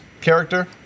character